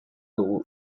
dugu